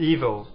Evil